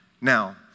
Now